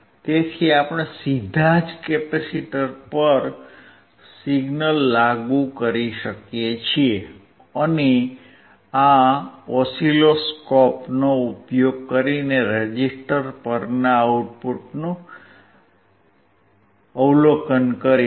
તેથી આપણે સીધા જ કેપેસિટર પર સિગ્નલ લાગુ કરી શકીએ છીએ અને આ ઓસિલોસ્કોપનો ઉપયોગ કરીને રેઝિસ્ટર પરના આઉટપુટનું અવલોકન કરીશું